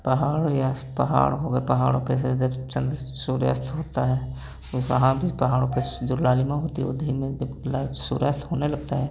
पहाड़ या पहाड़ हो गए पहाड़ों पे से जब चंद्र सूर्यास्त होता है वो वहां पे पहाड़ों पे जो लालिमा होती है वो धीमी दीप ला सूर्यास्त होने लगता है